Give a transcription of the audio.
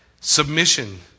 Submission